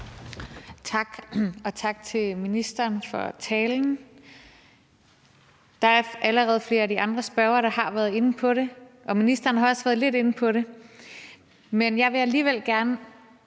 Tak, og tak til ministeren for talen. Der er allerede flere af de andre spørgere, der har været inde på det, og ministeren har også været lidt inde på det, men jeg vil alligevel gerne